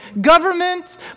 government